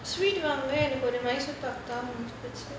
எனக்கு வயசு பத்தாம முடிஞ்சி போச்சு:enakku vayasu pathaama mudinji pochu